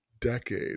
decade